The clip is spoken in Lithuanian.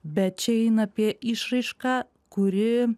bet čia eina apie išraišką kuri